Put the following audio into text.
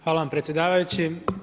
Hvala vam predsjedavajući.